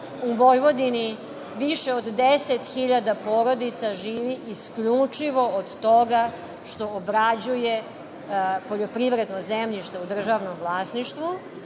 u Vojvodini više od deset hiljada porodica živi isključivo od toga što obrađuje poljoprivredno zemljište u državnom vlasništvu.